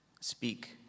Speak